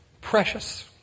Precious